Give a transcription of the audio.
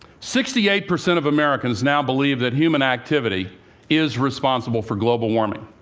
sixty-eight percent of americans now believe that human activity is responsible for global warming.